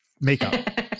Makeup